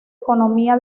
economía